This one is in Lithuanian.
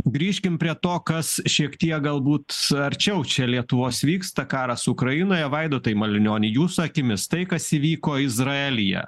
grįžkim prie to kas šiek tiek galbūt arčiau čia lietuvos vyksta karas ukrainoje vaidotai malinioni jūsų akimis tai kas įvyko izraelyje